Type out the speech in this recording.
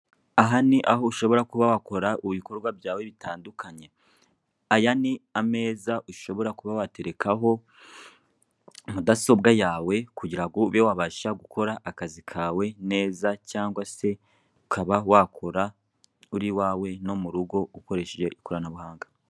Aha ni aho ushobora kuba wakora ibikorwa byawe bitandukanye, aya ni ameza ushobora kuba waterekaho mudasobwa yawe, kugira ngo ube wabasha gukora akazi kawe neza, cyangwa se ukaba wakora uri i wawe no mu rugo ukoresheje ikoranabuhanga.